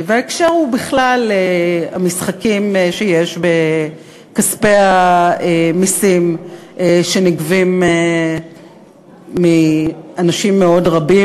וההקשר הוא בכלל המשחקים שיש בכספי המסים שנגבים מאנשים רבים מאוד,